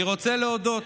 אני רוצה להודות